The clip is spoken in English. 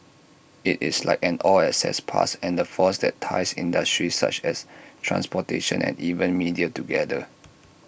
IT is like an all access pass and the force that ties industries such as transportation and even media together